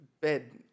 bed